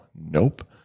nope